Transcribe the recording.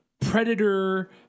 predator